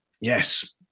Yes